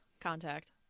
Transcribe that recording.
Contact